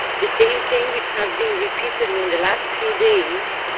the same thing which has been repeated in the last few days.